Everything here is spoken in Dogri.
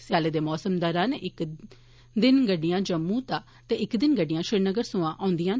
स्यालै दे मौसम दौरान इक दिन गड्डियां जम्मू दा ते इक दिन गड्डियां श्रीनगर सोया औन्दियां न